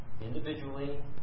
Individually